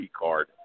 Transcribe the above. card